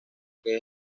que